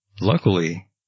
Luckily